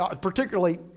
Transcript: particularly